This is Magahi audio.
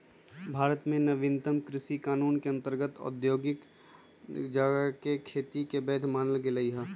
भारत में नवीनतम कृषि कानून के अंतर्गत औद्योगिक गजाके खेती के वैध मानल गेलइ ह